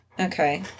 Okay